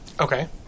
Okay